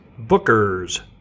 Bookers